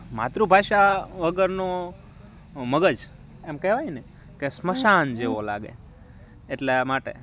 માતૃભાષા વગરનો મગજ એમ કહેવાય ને કે શ્મસાન જેવો લાગે એટલા માટે